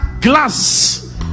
glass